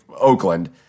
Oakland